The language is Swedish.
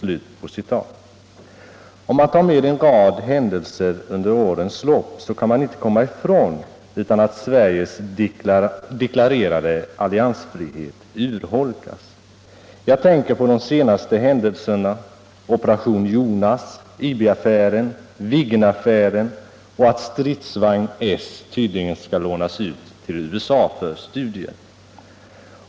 Om man ställer samman en rad händelser under årens lopp kan man inte komma ifrån att Sveriges deklarerade alliansfrihet urholkas. Jag tänker på de senaste händelserna — Operation Jonas, IB-affären och Viggenaffären — samt att stridsvagn S tydligen skall lånas ut till USA för studier.